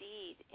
indeed